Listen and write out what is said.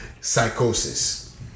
psychosis